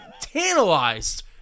tantalized